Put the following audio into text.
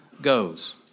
goes